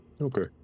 Okay